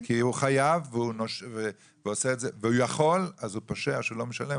כי הוא חייב והוא יכול אז הוא פושע שהוא לא ישלם.